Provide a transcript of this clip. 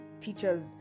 teachers